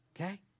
Okay